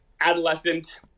adolescent